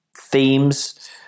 themes